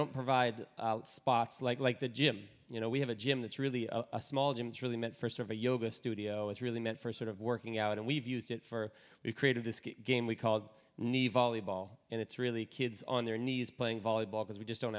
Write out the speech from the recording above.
don't provide spots like like the gym you know we have a gym that's really a small gym is really meant for survey yoga studio it's really meant for sort of working out and we've used it for we've created this game we called neve volleyball and it's really kids on their knees playing volleyball because we just don't